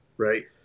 Right